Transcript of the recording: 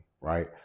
right